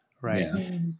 Right